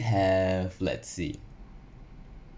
have let's see